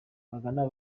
bagana